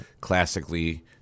classically